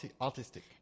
artistic